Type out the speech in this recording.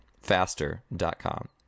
faster.com